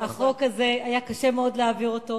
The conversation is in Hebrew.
החוק הזה, היה קשה מאוד להעביר אותו,